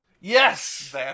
Yes